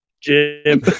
jim